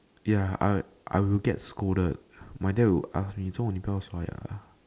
ya I I will get scolded my dad will ask me 做么你不要刷牙